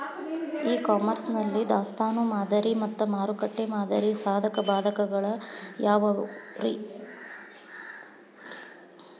E commerce ನಲ್ಲಿ ದಾಸ್ತಾನು ಮಾದರಿ ಮತ್ತ ಮಾರುಕಟ್ಟೆ ಮಾದರಿಯ ಸಾಧಕ ಬಾಧಕಗಳ ಯಾವವುರೇ?